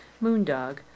Moondog